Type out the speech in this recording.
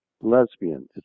Lesbian